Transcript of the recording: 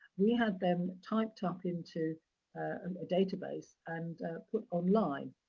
we had them typed up into um a database and put online.